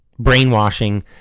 brainwashing